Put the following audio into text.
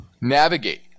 navigate